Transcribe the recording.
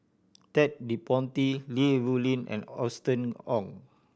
Ted De Ponti Li Rulin and Austen Ong